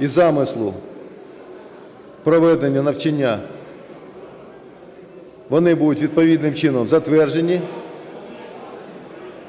і замислу проведення навчання вони будуть відповідним чином затверджені,